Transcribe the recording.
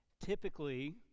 Typically